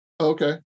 Okay